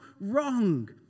wrong